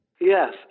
Yes